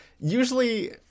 usually